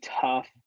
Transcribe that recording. tough